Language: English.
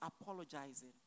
apologizing